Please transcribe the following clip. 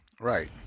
Right